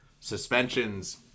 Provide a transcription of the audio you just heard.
suspensions